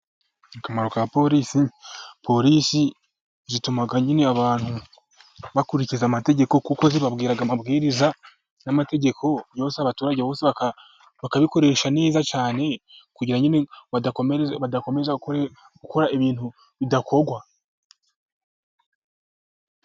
Akamaro ka polisi, polisi zituma nyine abantu bakurikiza amategeko, kuko zibabwira amabwiriza n'amategeko, yose abaturage bakabikoresha neza cyane, kugirango badakomeza gukora ibintu bidakorwa.